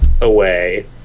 away